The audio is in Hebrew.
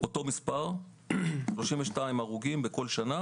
אותו מספר, 32 הרוגים בכל שנה.